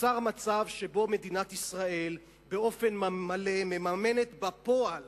נוצר מצב שבו מדינת ישראל באופן מלא מממנת בפועל